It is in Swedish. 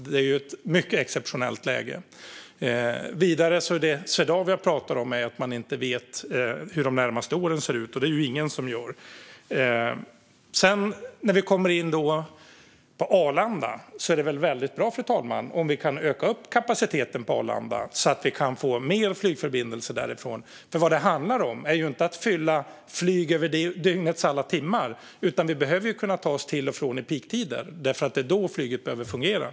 Det är ett mycket exceptionellt läge. Vidare pratar Swedavia om att man inte vet hur de närmaste åren ser ut, och det är det ju ingen som gör. Fru talman! Gällande Arlanda vore det väldigt bra om vi kunde öka kapaciteten så att vi kan få fler flygförbindelser därifrån. Vad det handlar om är inte att fylla flyg över dygnets alla timmar. Vi behöver kunna ta oss till och från i peaktider, så det är då flyget behöver fungera.